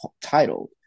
titled